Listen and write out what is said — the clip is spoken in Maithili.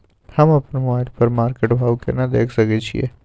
हम अपन मोबाइल पर मार्केट भाव केना देख सकै छिये?